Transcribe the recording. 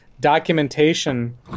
documentation